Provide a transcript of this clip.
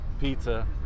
Pizza